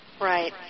Right